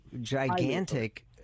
gigantic